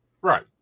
right